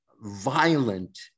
violent